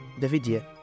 Davidia